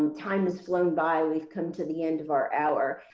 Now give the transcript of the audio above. and time has flown by we've come to the end of our hour.